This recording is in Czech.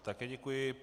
Také děkuji.